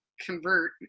convert